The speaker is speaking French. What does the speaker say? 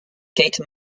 kate